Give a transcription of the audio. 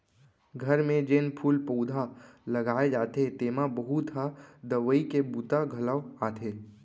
घर म जेन फूल पउधा लगाए जाथे तेमा बहुत ह दवई के बूता घलौ आथे